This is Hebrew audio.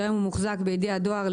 שהיום מוחזק בידי הדואר.